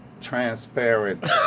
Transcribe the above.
transparent